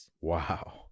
Wow